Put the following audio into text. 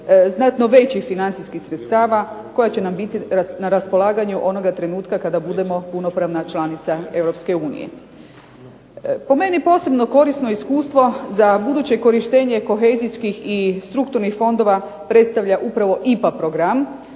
znatno većih financijskih sredstava koja će nam biti na raspolaganju onoga trenutka kada budemo punopravna članica Europske unije. Po meni posebno korisno iskustvo za buduće korištenje kohezijskih i strukturnih fondova predstavlja upravo IPA program